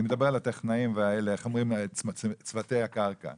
אני מדבר על צוותי הקרקע;